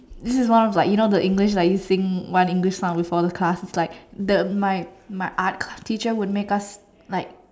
this is one of like you know the English let you think one English sound before the class like the my my art teacher would make us like